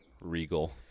regal